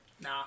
Nah